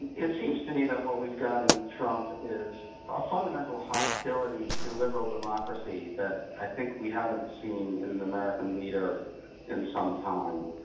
it seems to me that what we've got and trump is a fundamental hostility to liberal democracy that i think we haven't seen in an american leader in some time,